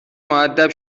مودب